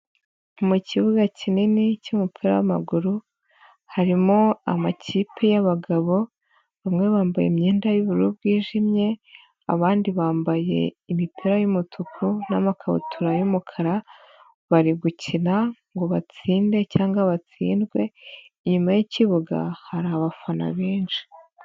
Mu kibuga kinini cy'umupira w'amaguru, harimo amakipe y'abagabo, bamwe bambaye imyenda y'ubururu bwijimye, abandi bambaye imipira y'umutuku n'amakabutura y'umukara, bari gukina ngo batsinde cyangwa batsindwe, inyuma y'ikibuga, hari abafana benshi.